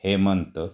Hemant